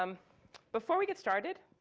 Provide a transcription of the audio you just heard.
um before we get started,